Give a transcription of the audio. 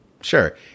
sure